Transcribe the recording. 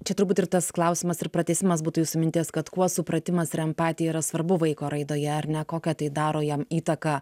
čia turbūt ir tas klausimas ir pratęsimas būtų jūsų minties kad kuo supratimas ir empatija yra svarbu vaiko raidoje ar ne kokią tai daro jam įtaką